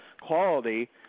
quality